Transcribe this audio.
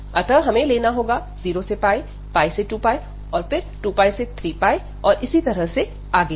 अतः हमें लेना होगा 0 से से 2π और फिर 2π से 3π और इसी तरह से आगे भी